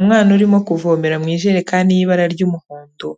Umwana urimo kuvomera mu ijerekani y'irabara ry'umuhondo,